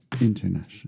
International